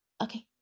Okay